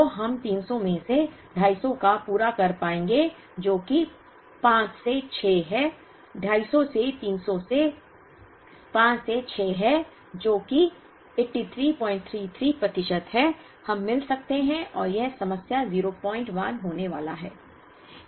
तो हम 300 में से 250 को पूरा कर पाएंगे जो कि 5 से 6 है 250 से 300 से 5 से 6 है जो कि 8333 प्रतिशत है हम मिल सकते हैं और यह समय 01 होने वाला है